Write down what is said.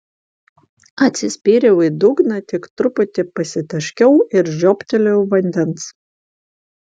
atsispyriau į dugną tik truputį pasitaškiau ir žiobtelėjau vandens